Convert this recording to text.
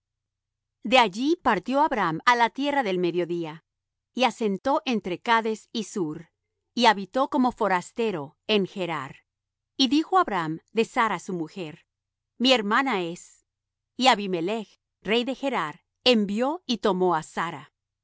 de allí partió abraham á la tierra del mediodía y asentó entre cades y shur y habitó como forastero en gerar y dijo abraham de sara su mujer mi hermana es y abimelech rey de gerar envió y tomó á sara